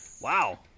wow